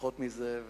פחות מזה.